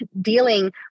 dealing